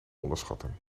onderschatten